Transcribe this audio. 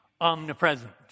omnipresent